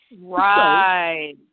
Right